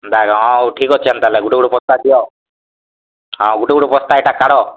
ହେନ୍ତା କାଏଁ ହଉ ଠିକ ଅଛି ହେନ୍ତା ହେଲେ ଗୁଟେ ଗୁଟେ ବସ୍ତା ଦିଅ ହଁ ଗୁଟେ ଗୁଟେ ବସ୍ତା ଇଟା କାଢ଼